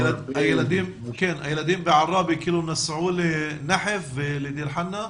הילדים בעראבה נסעו לנחף ולדיר חנא?